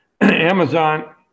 Amazon